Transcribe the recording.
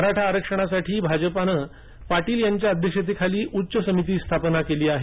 मराठा आरक्षणासाठी भाजपानं पाटील यांच्या अध्यक्षतेखाली उच्च समितीची स्थापना केली आहे